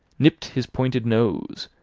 nipped his pointed nose,